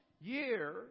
year